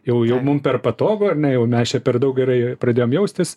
jau jau mum per patogu ar ne jau mes čia per daug gerai pradėjom jaustis